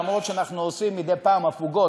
למרות שאנחנו עושים מדי פעם הפוגות.